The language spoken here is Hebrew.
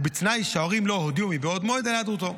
ובתנאי שההורים לא הודיעו מבעוד מועד על היעדרותו.